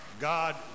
God